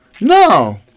No